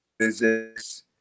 visits